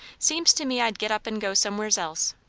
seems to me i'd get up and go somewheres else.